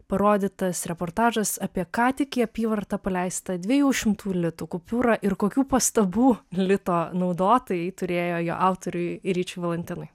parodytas reportažas apie ką tik į apyvartą paleistą dviejų šimtų litų kupiūrą ir kokių pastabų lito naudotojai turėjo jo autoriui ričiui valantinui